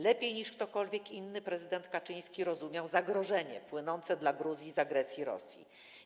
Lepiej niż ktokolwiek inny prezydent Kaczyński rozumiał zagrożenie płynące dla Gruzji z agresji Rosji.